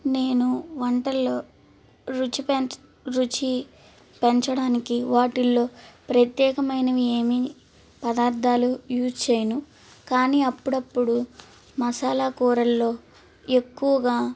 నేను వంటల్లో రుచి పెంచ రుచి పెంచడానికి వాటిల్లో ప్రత్యేకమైనవి ఏమీ పదార్దాలు యూస్ చేయను కానీ అప్పుడప్పుడు మసాలా కూరల్లో ఎక్కువగా